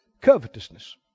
Covetousness